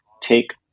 take